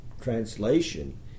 translation